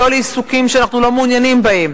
לא לעיסוקים שאנחנו לא מעוניינים בהם,